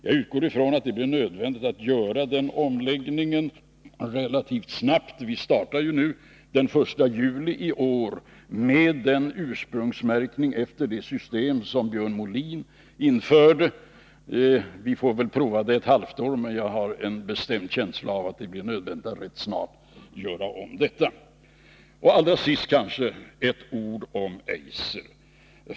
Jag utgår ifrån att det blir nödvändigt att göra den omläggningen relativt snabbt — vi startar ju den 1 juli i år med ursprungsmärkning enligt det system som Björn Molin införde. Vi får väl prova det ett halvår, men jag har en bestämd känsla av att det blir nödvändigt att rätt snart göra om detta. Allra sist kanske ett ord om Eiser.